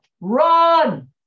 run